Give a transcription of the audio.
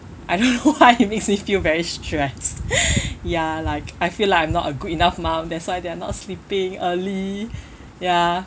I don't know why it makes me feel very stressed ya like I feel like I'm not a good enough mum that's why they're not sleeping early ya